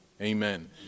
Amen